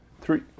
Three